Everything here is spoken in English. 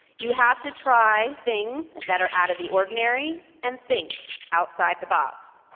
you have to try things that are out of the ordinary and think outside the box.